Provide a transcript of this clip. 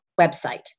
website